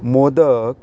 modak